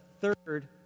third